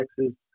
Texas